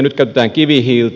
nyt käytetään kivihiiltä